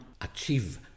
achieve